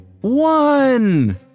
One